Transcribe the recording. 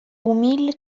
umil